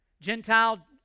Gentile